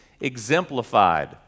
exemplified